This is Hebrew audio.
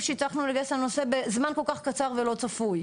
שהצלחנו לגייס לנושא בזמן כל כך קצר ולא צפוי.